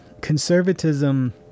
conservatism